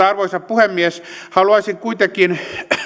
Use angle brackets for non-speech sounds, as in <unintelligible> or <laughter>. <unintelligible> arvoisa puhemies haluaisin kuitenkin